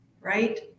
right